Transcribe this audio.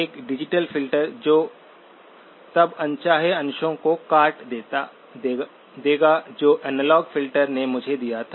एक digital filter जो तब अनचाहे अंशों को काट देगा जो एनालॉग फ़िल्टर ने मुझे दिया था